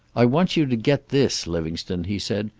i want you to get this, livingstone, he said.